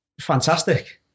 fantastic